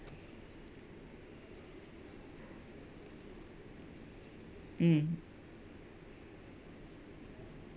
mm